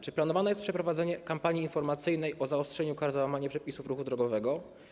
Czy planowane jest przeprowadzenie kampanii informacyjnej na temat zaostrzenia kar za łamanie przepisów ruchu drogowego?